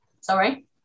Sorry